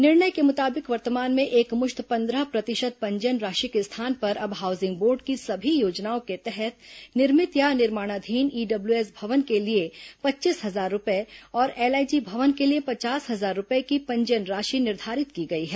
निर्णय के मुताबिक वर्तमान में एकमुश्त पन्द्रह प्रतिशत पंजीयन राशि के स्थान पर अब हाउसिंग बोर्ड की सभी योजनाओं के तहत निर्मित या निर्माणाधीन ईडब्ल्यूएस भवन के लिए पच्चीस हजार रूपए और एलआईजी भवन के लिए पचास हजार रूपए की पंजीयन राशि निर्धारित की गई है